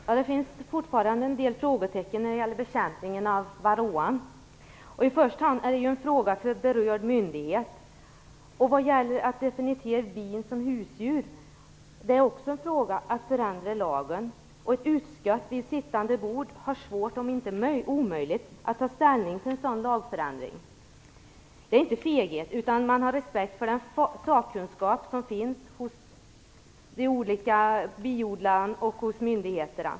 Fru talman! Det finns fortfarande en del frågetecken när det gäller bekämpningen av varroa. I första hand är det en fråga för berörd myndighet. Vad gäller att definiera bin som husdjur är en fråga om att förändra lagen. Det är svårt för sittande utskott, för att inte säga omöjligt, att ta ställning till en sådan lagändring. Det är inte fråga om feghet, utan respekt för den sakkunskap som finns hos de olika biodlarna och myndigheterna.